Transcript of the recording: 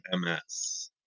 MS